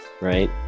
right